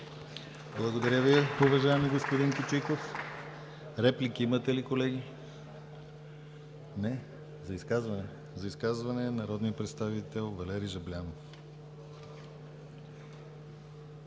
Благодаря Ви, уважаеми господин Кичиков. Реплики имате ли, колеги? Не. За изказване – народният представител Валери Жаблянов.